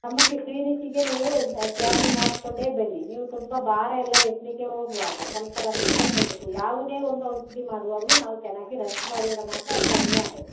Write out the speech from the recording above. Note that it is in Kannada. ನಮ್ಮ ಕ್ಲಿನಿಕ್ಕಿಗೆ ನೀವು ಸ್ಕ್ಯಾನಿಂಗ್ ಮಾಡಿಸ್ಕೊಂಡೇ ಬನ್ನಿ ನೀವು ತುಂಬ ಭಾರ ಎಲ್ಲ ಎತ್ತಲಿಕ್ಕೆ ಹೋಗ್ಬಾರ್ದು ಸ್ವಲ್ಪ ರೆಸ್ಟ್ ತಗೊಳ್ಬೇಕು ಯಾವುದೇ ಒಂದು ಔಷಧಿ ಮಾಡುವಾಗಲು ನಾವು ಚೆನ್ನಾಗಿ ರೆಸ್ಟ್ ಮಾಡಿದರೆ ಮಾತ್ರ ಅದು ಕಡಿಮೆ ಆಗೋದು